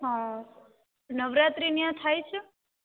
હા નવરાત્રિ ત્યાં થાય છે